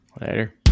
Later